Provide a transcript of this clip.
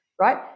right